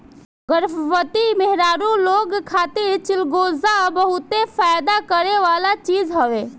गर्भवती मेहरारू लोग खातिर चिलगोजा बहते फायदा करेवाला चीज हवे